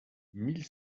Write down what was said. mille